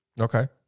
okay